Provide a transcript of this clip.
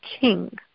king